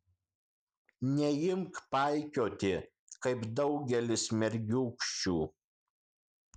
neimk paikioti kaip daugelis mergiūkščių